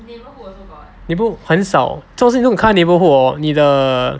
neighbourhood 很少这种东西开在 neighbourhood hor 你的